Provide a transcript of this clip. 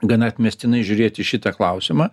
gana atmestinai žiūrėti šitą klausimą